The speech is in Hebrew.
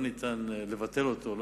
לא ניתן לבטל אותו,